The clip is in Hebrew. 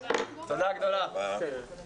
הישיבה ננעלה בשעה 11:08.